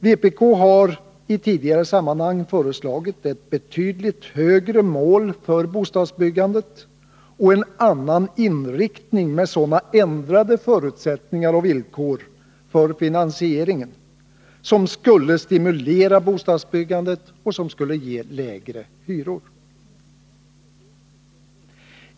Vpk har i tidigare sammanhang föreslagit ett betydligt högre mål för bostadsbyggandet och en annan inriktning med sådana ändrade förutsättningar och villkor för finansieringen som skulle stimulera bostadsbyggandet och ge lägre hyror.